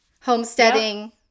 Homesteading